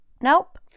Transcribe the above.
nope